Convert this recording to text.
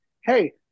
hey